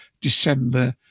December